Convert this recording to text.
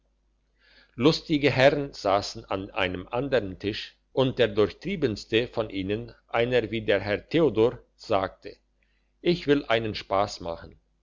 lustige herren sassen an einem andern tisch und der durchtriebenste von ihnen einer wie der herr theodor sagte ich will einen spass machen